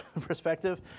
perspective